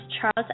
Charles